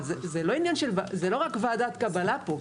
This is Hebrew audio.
אבל זה לא רק ועדת קבלה פה.